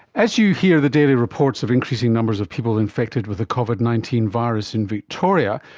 as you hear the daily reports of increasing numbers of people infected with the covid nineteen virus in victoria,